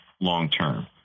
long-term